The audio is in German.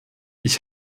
ich